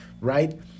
right